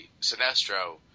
Sinestro